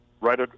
Right